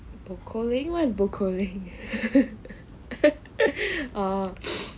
bokouling what is bokouling ya ya ya